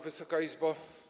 Wysoka Izbo!